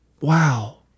wow